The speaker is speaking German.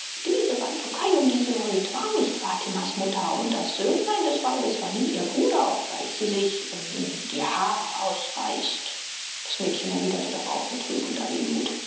diese bantukai um die sie heult war nicht fatimas mutter und das söhnlein des weibes war nie ihr bruder obgleich sie sich um ihn die haare ausreißt das mädchen erwiderte darauf mit rührender wehmut